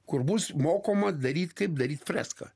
kur bus mokoma daryt kaip daryt freską